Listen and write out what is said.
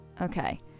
Okay